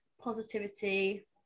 positivity